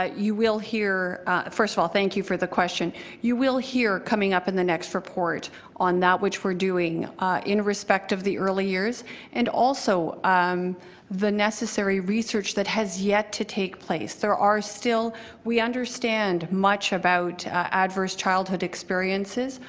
ah you will hear first of all thank you for the question you will hear coming up in the next report on that which we're doing in respect of the early years and also um the necessary research that has yet to take place. there are still we understand much about adverse childhood experiences.